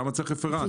למה צריך רפרנט?